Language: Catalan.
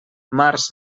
març